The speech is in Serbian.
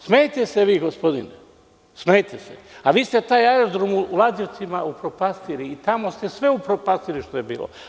Smejte se vi, gospodine, a vi ste taj aerodrom u Lađevcima upropastili i tamo ste sve upropastili što je bilo.